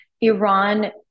Iran